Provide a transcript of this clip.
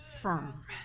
firm